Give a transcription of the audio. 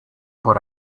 por